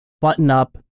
button-up